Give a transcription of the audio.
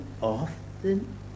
often